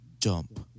Jump